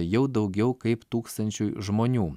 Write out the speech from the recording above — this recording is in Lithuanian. jau daugiau kaip tūkstančiui žmonių